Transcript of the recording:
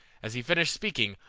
as he finished speaking,